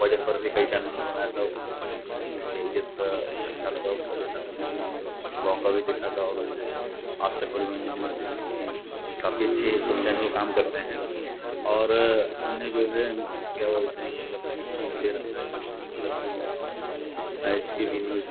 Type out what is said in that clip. budget पर भी कई चैनलों ने बनाया था उसमें से मुझे जो है दृष्टि आई ए एस का अच्छा लगा उनका देखा था मैंने और वाका भी देखा था और वैसे आज तक पर मैंने जो न्यूज़ देखी थी काफ़ी अच्छी ये सब चैनल काम करते हैं और हमने जो है क्या बोलते हैं इनका सब्सक्रिप्शन भी ले रखा है न्यूज़ चैनल पर ये और मैच के भी न्यूज़